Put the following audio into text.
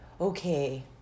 okay